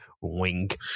wink